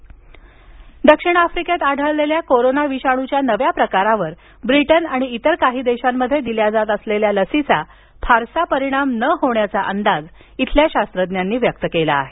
दक्षिण आफ्रिका संसर्ग दक्षिण आफ्रिकेत आढळलेल्या कोरोना विषाणूच्या नव्या प्रकारावर ब्रिटन आणि इतर काही देशांमध्ये दिल्या जात असलेल्या लसीचा फारसा परिणाम न होण्याचा अंदाज इथल्या शास्त्रज्ञांनी व्यक्त केला आहे